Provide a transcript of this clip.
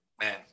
man